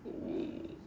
oh